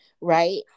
right